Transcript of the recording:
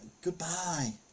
Goodbye